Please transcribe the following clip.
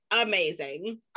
amazing